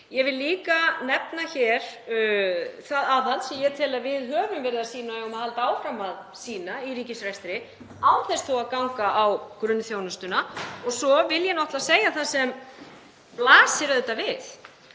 Ég vil líka nefna það aðhald sem ég tel að við höfum verið að sýna og eigum að halda áfram að sýna í ríkisrekstri án þess þó að ganga á grunnþjónustuna. Svo vil ég náttúrlega segja það sem blasir við,